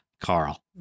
Carl